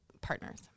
partners